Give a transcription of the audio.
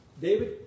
David